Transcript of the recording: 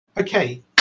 Okay